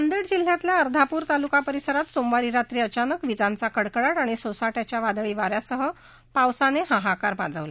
नांदेड जिल्ह्यातल्या अर्धापुर तालुका परिसरात सोमवारी रात्री अचानक वीजांचा कडकडा आणि सोसा बािच्या वादळी वाऱ्यासह पावसाने हाहाकार माजविला